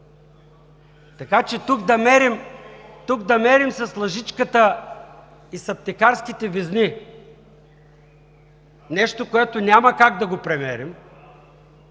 Така че тук да мерим с лъжичката и с аптекарските везни нещо, което няма как да го премерим,